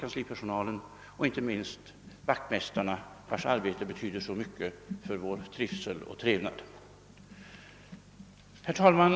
kanslipersonalen samt inte minst vaktmästarna, vilkas arbete betyder så mycket för vår trivsel och trevnad. Herr talman!